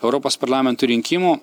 europos parlamento rinkimų